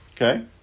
Okay